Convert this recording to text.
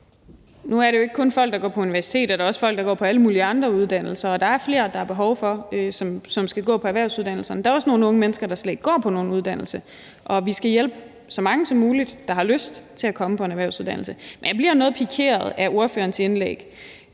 Nu er der jo ikke kun folk, der går på universiteter, der er også folk, der går på alle mulige andre uddannelser, og der er behov for, at flere skal gå på erhvervsuddannelserne. Der er også nogle unge mennesker, der slet ikke går på nogen uddannelse, og vi skal hjælpe så mange som muligt, der har lyst, til at komme på en erhvervsuddannelse. Men jeg bliver noget pikeret af ordførerens indlæg